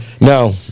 No